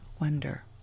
wonder